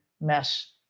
mess